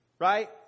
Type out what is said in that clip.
Right